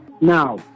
Now